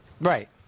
Right